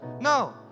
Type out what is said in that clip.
No